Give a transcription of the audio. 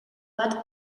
bat